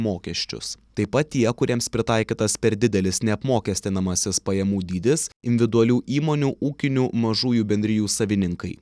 mokesčius taip pat tie kuriems pritaikytas per didelis neapmokestinamasis pajamų dydis individualių įmonių ūkinių mažųjų bendrijų savininkai